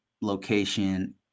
location